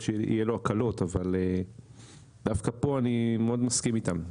שיהיו לו הקלות אבל דווקא פה אני מאוד מסכים איתם,